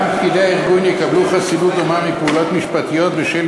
גם פקידי הארגון יקבלו חסינות דומה מפעולות משפטיות בשל